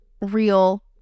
real